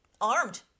Armed